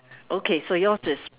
okay so yours is